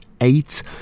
eight